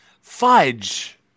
Fudge